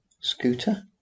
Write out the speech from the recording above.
scooter